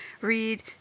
read